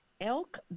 elk